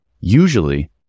Usually